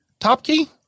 Topkey